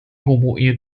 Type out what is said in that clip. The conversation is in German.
homoehe